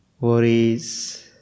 worries